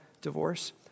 divorce